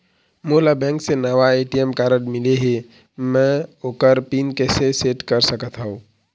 मोला बैंक से नावा ए.टी.एम कारड मिले हे, म ओकर पिन कैसे सेट कर सकत हव?